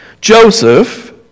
Joseph